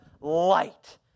light